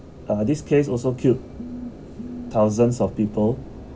uh this case also killed thousands of people